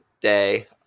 Day